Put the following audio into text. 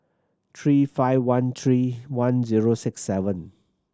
three five one three one zero six seven